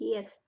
Yes